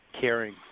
caring